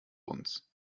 uns